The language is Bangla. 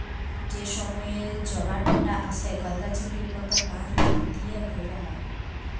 যে সময়ে জবার ভাঁটা আসে, গলদা চিংড়ির মত মাছ ফাঁদ দিয়া ধ্যরা হ্যয়